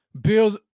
Bills